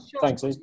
thanks